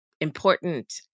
important